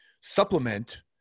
supplement